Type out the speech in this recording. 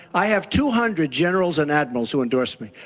i have two hundred generals and admirals who endorsed me.